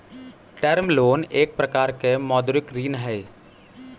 term loan एक प्रकार के मौदृक ऋण हई